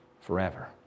forever